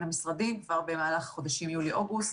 המשרדים כבר במהלך חודשים יולי-אוגוסט.